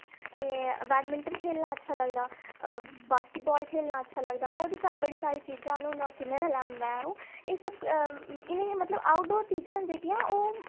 एह् बैटमिंटन खेढना अच्छा लगदा बास्किटबाल खेढना अच्छा लगदा और बी सा बड़ी सारी चीजां न हून किन्ने दा नाम लैं अ'ऊं एह् सब इ'नें मतलब आउटडोर चीजां न जेह्कियां ओह्